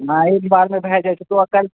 नहि एक बारमे भए जाइ छै तोरा कयल